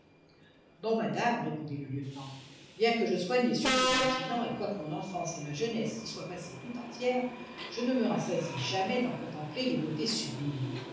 non madame répondit le lieutenant bien que je sois né sur ce continent et quoique mon enfance et ma jeunesse s'y soient passées tout entières je ne me rassasie jamais d'en contempler les beautés sublimes